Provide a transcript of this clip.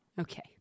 Okay